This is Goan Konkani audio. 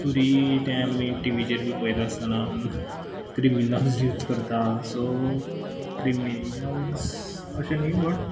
सुरी तें आमी टिवीचेर बी पयता आसताना क्रिमिनल्स यूज करता सो क्रिमिनल्स अशें न्ही बट